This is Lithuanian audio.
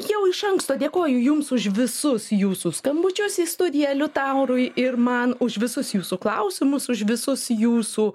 jau iš anksto dėkoju jums už visus jūsų skambučius į studiją liutaurui ir man už visus jūsų klausimus už visus jūsų